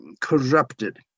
corrupted